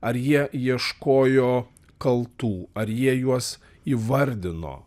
ar jie ieškojo kaltų ar jie juos įvardino